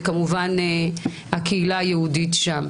וכמובן הקהילה היהודית שם.